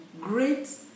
great